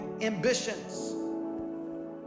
ambitions